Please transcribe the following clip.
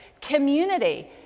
community